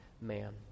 man